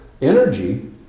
energy